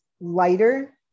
lighter